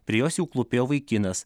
prie jos jau klūpėjo vaikinas